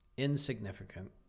insignificant